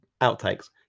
outtakes